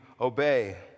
obey